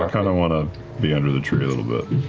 but kind of want to be under the tree a little bit.